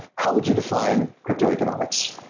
how would you define cryptoeconomics?